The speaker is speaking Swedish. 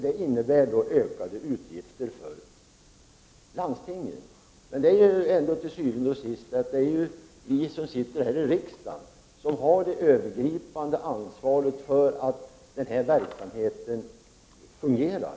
Det innebär ökade utgifter för landstingen. Til syvende og sidst är det ändå vi som sitter här i riksdagen som har det övergripande ansvaret för att den här verksamheten fungerar.